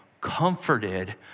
comforted